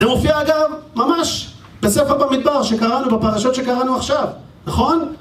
זה מופיע אגב, ממש בספר במדבר שקראנו, בפרשות שקראנו עכשיו, נכון?